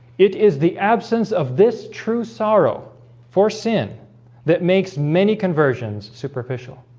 it is the absence of this true sorrow for sin that makes many conversions superficial